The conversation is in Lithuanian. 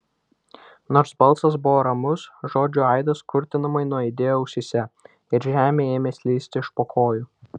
nors balsas buvo ramus žodžių aidas kurtinamai nuaidėjo ausyse ir žemė ėmė slysti iš po kojų